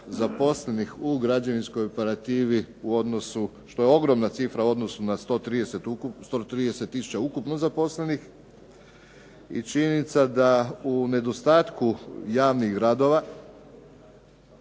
zaposlenih u građevinskoj operativi u odnosu, što je ogromna cifra u odnosu na 130 tisuća ukupno zaposlenih. I činjenica da u nedostatku javnih radova